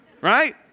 right